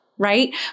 Right